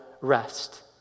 rest